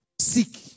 seek